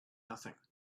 nothing